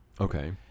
Okay